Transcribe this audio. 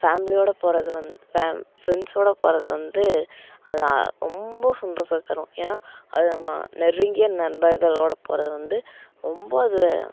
ஃபேமிலியோடு போவது வந்து பேம் ஃபிரண்ட்ஸோடு போவது வந்து அது ரொம்ப சந்தோஷத்தை தரும் ஏன்னால் அது நம்ம நெருங்கிய நண்பர்களோடு போவது வந்து ரொம்ப அது